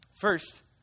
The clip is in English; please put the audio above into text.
First